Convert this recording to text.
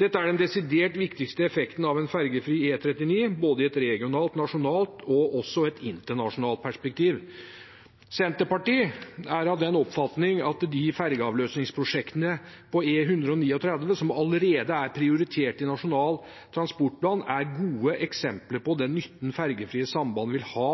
Dette er den desidert viktigste effekten av en ferjefri E39, både i et regionalt, et nasjonalt og et internasjonalt perspektiv. Senterpartiet er av den oppfatning at de ferjeavløsningsprosjektene på E139 som allerede er prioritert i Nasjonal transportplan, er gode eksempler på den nytten ferjefrie samband vil ha